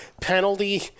penalty